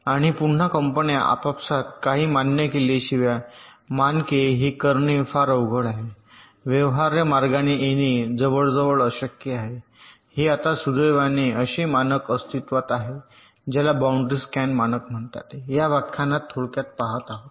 आणि पुन्हा कंपन्या आपापसात काही मान्य केल्याशिवाय मानके हे करणे फार अवघड आहे व्यवहार्य मार्गाने येणे जवळजवळ अशक्य आहे हे आता सुदैवाने असे मानक अस्तित्त्वात आहेत ज्याला बाऊंड्री स्कॅन मानक म्हणतात या व्याख्यानात थोडक्यात पहात आहोत